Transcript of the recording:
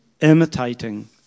imitating